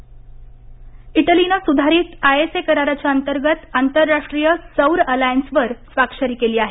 Italy ISA इटलीनं सुधारित ISA कराराच्या अंतर्गत आंतरराष्ट्रीर सौर अलायन्सवर स्वाक्षरी केली आहे